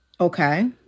Okay